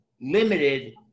limited